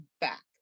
back